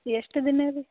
ಎಷ್ಟು ದಿನ ರೀ